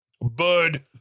Bud